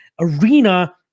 arena